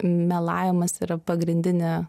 melavimas yra pagrindinė